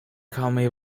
kalmayı